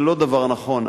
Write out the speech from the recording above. זה לא דבר נכון.